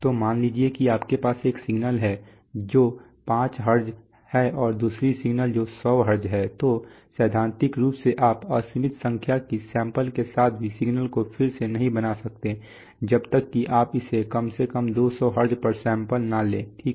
तो मान लीजिए कि आपके पास एक सिग्नल है जो पांच हर्ट्ज़ है और दूसरा सिग्नल जो 100 हर्ट्ज़ है तो सैद्धांतिक रूप से आप असीमित संख्या की सैंपल के साथ भी सिग्नल को फिर से नहीं बना सकते हैं जब तक कि आप इसे कम से कम 200 हर्ट्ज़ पर सैंपल न लें ठीक है